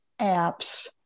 apps